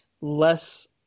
less